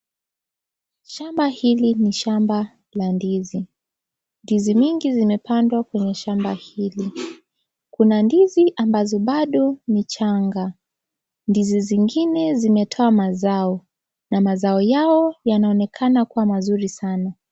Shamba hili ni shamba la ndizi, ndizi miingi zimepandwa kwenye shamba hili, kuna ndii ambazo bado ni changa, ndizi zingine zimetoa mazao na mazao yao yanaonekana kuwa mazuri sana.